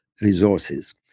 resources